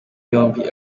yombi